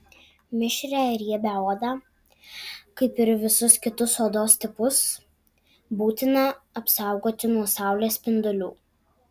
mišrią ir riebią odą kaip ir visus kitus odos tipus būtina apsaugoti nuo saulės spindulių